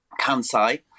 kansai